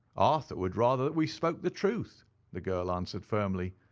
arthur would rather that we spoke the truth the girl answered firmly.